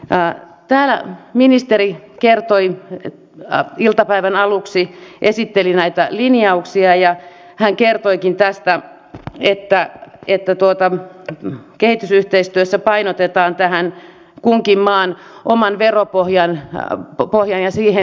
täällä ministeri iltapäivän aluksi esitteli näitä linjauksia ja hän kertoikin tästä että kehitysyhteistyössä painotetaan kunkin maan omaan veropohjaan ja sen kehittymiseen